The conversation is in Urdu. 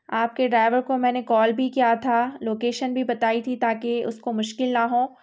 آپ کے ڈرائیور کو میں نے کال بھی کیا تھا لوکیشن بھی بتائی تھی تاکہ اس کو مشکل نہ ہو